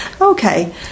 Okay